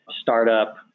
startup